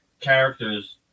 characters